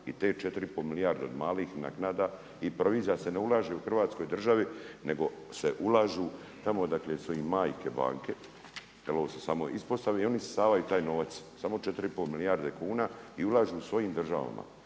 i te 4,5 milijarde od malih naknada. I provizija se ne ulaže u Hrvatskoj državi nego se ulažu tamo odakle su im majke banke, jer ovo su samo ispostave i oni isisavaju taj novac, samo 4,5 milijarde kuna i ulažu u svojim državama.